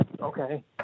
Okay